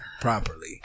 properly